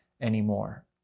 anymore